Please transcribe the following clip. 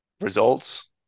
results